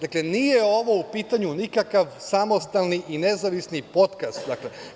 Dakle, nije ovo u pitanju nikakav samostalni i nezavisni potkast.